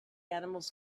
animals